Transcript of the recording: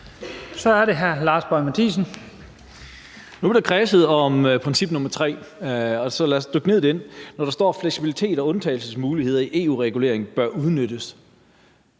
Kl. 11:59 Lars Boje Mathiesen (UFG): Nu er der blevet kredset om princip nummer tre. Så lad os dykke ned i det. Når der står, at fleksibilitet og undtagelsesmuligheder i EU-regulering bør udnyttes,